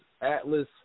Atlas